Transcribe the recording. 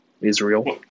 Israel